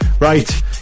Right